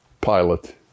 pilot